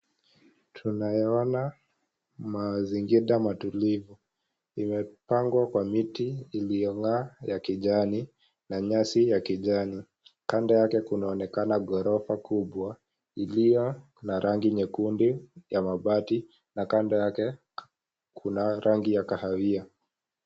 Tunayaona mazingira matulivu imepangwa kwa miti iliyongaa ya kijani na nyasi ya kijani kando yake kunaonekana ghorofa kubwa iliyo na rangi nyekundu ya mabati na kando yake kuna rangi ya kahawia.